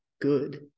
good